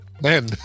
Men